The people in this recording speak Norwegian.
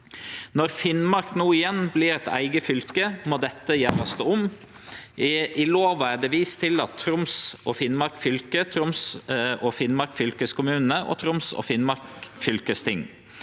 Når Finnmark no igjen vert eit eige fylke, må dette gjerast om. I lova er det vist til Troms og Finnmark fylke, Troms og Finnmark fylkeskommune og Troms og Finnmark fylkesting.